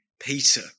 Peter